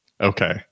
Okay